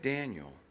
Daniel